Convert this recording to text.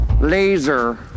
laser